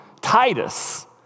Titus